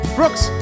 Brooks